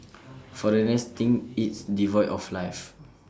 foreigners think it's devoid of life